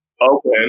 open